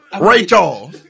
Rachel